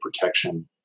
protection